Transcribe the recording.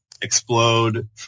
explode